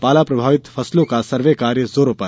पाला प्रभावित फसलों का सर्वे कार्य जोरों पर